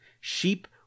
Sheep